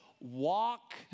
walk